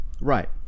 Right